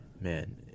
man